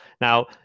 Now